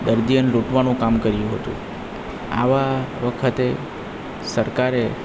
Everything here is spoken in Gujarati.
દર્દીઓને લૂંટવાનું કામ કર્યું હતું આવા વખતે સરકારે